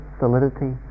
solidity